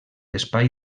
espai